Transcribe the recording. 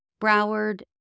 Broward